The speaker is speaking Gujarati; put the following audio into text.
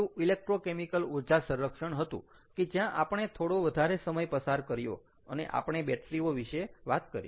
પહેલું ઇલેક્ટ્રોકેમિકલ ઊર્જા સંરક્ષણ હતું કે જ્યાં આપણે થોડો વધારે સમય પસાર કર્યો અને આપણે બેટરી ઓ વિશે વાત કરી